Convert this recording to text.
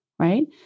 right